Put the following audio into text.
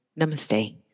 Namaste